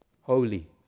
Holy